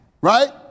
right